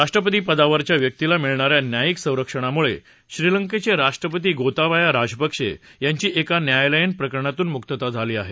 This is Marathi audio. राष्ट्रपतीपदावरच्या व्यक्तीला मिळणाऱ्या न्यायिक संरक्षणामुळे श्रीलंकेचे राष्ट्रपती गोताबाया राजपक्षे यांची एका न्यायालयीन प्रकरणातून मुकता झाली आहे